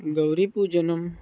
गौरीपूजनं